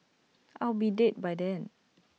I'll be dead by then